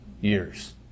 years